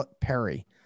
Perry